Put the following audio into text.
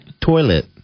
Toilet